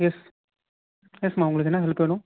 S எஸ்ம்மா உங்களுக்கு என்ன ஹெல்ப் வேணும்